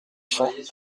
cents